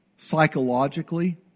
Psychologically